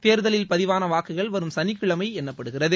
தேர்தலில் பதிவான வாக்குகள் வரும் சனிக்கிழமை எண்ணப்படுகிறது